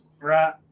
right